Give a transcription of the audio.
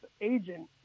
agent